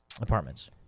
Apartments